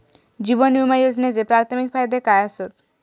जीवन विमा योजनेचे प्राथमिक फायदे काय आसत?